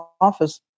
office